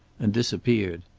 and disappeared.